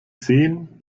sehen